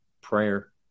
prayer